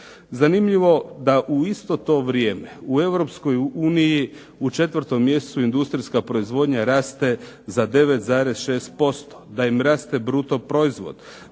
Zanimljivo da u isto to vrijeme u Europskoj uniji u 4. mjesecu industrijska proizvodnja raste za 9,6%, da im raste bruto proizvod,